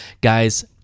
guys